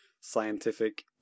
scientific